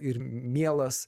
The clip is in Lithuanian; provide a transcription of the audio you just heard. ir mielas